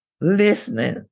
listening